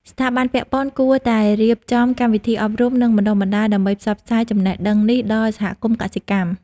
ស្ថាប័នពាក់ព័ន្ធគួរតែរៀបចំកម្មវិធីអប់រំ និងបណ្តុះបណ្តាលដើម្បីផ្សព្វផ្សាយចំណេះដឹងនេះដល់សហគមន៍កសិកម្ម។